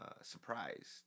surprised